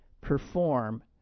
perform